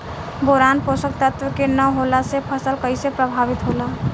Boron पोषक तत्व के न होला से फसल कइसे प्रभावित होला?